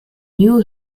new